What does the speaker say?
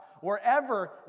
wherever